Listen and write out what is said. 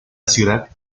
ciudad